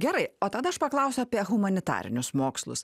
gerai o tada aš paklausiu apie humanitarinius mokslus